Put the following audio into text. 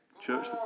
church